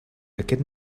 aquest